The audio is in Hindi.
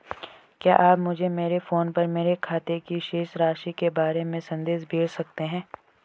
क्या आप मुझे मेरे फ़ोन पर मेरे खाते की शेष राशि के बारे में संदेश भेज सकते हैं?